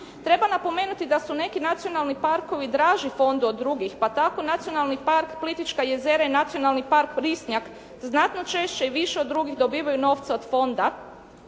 Treba napomenuti da su neki nacionalni parkovi draži Fondu od drugih. Pa tako Nacionalni park Plitvička jezera i Nacionalni park Risnjak znatno češće i više od drugih dobivaju novce od Fonda